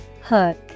Hook